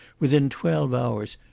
within twelve hours,